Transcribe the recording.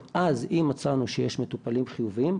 אם מצאנו שיש מטופלים חיוביים,